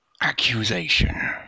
accusation